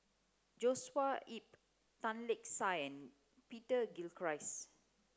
Joshua Ip Tan Lark Sye and Peter Gilchrist